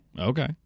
Okay